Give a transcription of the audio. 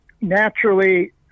naturally